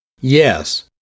Yes